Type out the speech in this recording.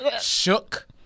shook